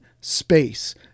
space